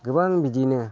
गोबां बिदिनो